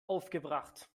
aufgebracht